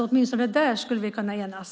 Åtminstone där skulle vi då kunna enas.